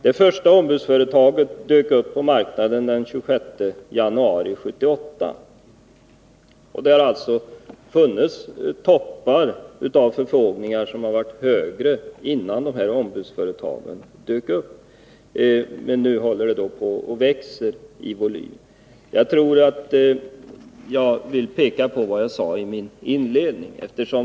Det första ombudsföretaget dök upp på marknaden den 26 januari 1978. Det har alltså förekommit toppar av förfrågningar som varit högre innan de här ombudsföretagen dök upp. Men nu växer volymen. Jag upprepar vad jag sade inledningsvis.